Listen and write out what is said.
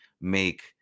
make